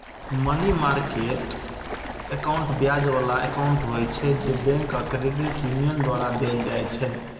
money market account ब्याज बला account होइ छै, जे बैंक आ क्रेडिट यूनियन द्वारा देल जाइ छै